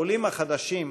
העולים החדשים,